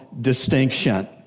distinction